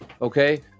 okay